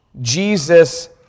Jesus